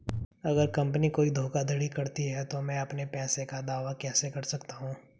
अगर कंपनी कोई धोखाधड़ी करती है तो मैं अपने पैसे का दावा कैसे कर सकता हूं?